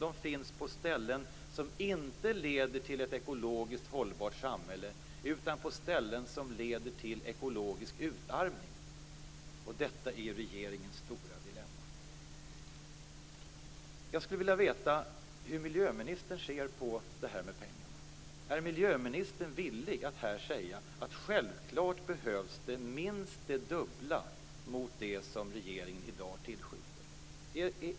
De finns på ställen som inte leder till ett ekologiskt hållbart samhälle, utan på ställen som leder till ekologisk utarmning. Detta är regeringens stora dilemma. Jag skulle vilja veta hur miljöministern ser på det här med pengarna. Är miljöministern villig att här säga att självfallet behövs det minst det dubbla mot det som regeringen i dag tillskjuter?